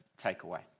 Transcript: takeaway